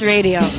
Radio